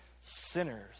sinners